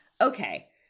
okay